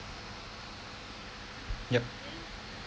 yup